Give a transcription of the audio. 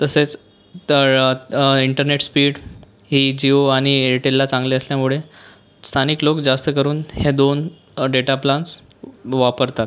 तसेच internet speed ही जिओ आणि एअरटेलला चांगली असल्यामुळे स्थानिक लोक जास्त करून हे दोन डेटा प्लान्स वापरतात